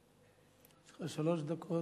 יש לך שלוש דקות.